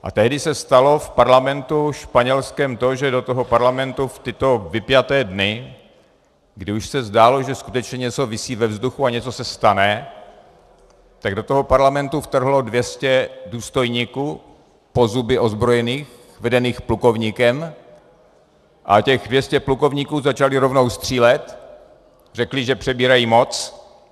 A tehdy se stalo v parlamentu španělském to, že do toho parlamentu v tyto vypjaté dny, kdy už se zdálo, že skutečně něco visí ve vzduchu a něco se stane, tak do toho parlamentu vtrhlo 200 po zuby ozbrojených důstojníků, vedených plukovníkem, a těch 200 plukovníků začalo rovnou střílet, řekli, že přebírají moc.